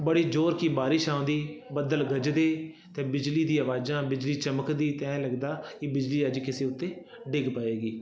ਬੜੀ ਜੋਰ ਦੀ ਬਾਰਿਸ਼ ਆਉਂਦੀ ਬੱਦਲ ਗੱਜਦੇ ਅਤੇ ਬਿਜਲੀ ਦੀ ਆਵਾਜ਼ਾਂ ਬਿਜਲੀ ਚਮਕਦੀ ਅਤੇ ਐਂ ਲੱਗਦਾ ਕਿ ਬਿਜਲੀ ਅੱਜ ਕਿਸੇ ਉੱਤੇ ਡਿੱਗ ਪਵੇਗੀ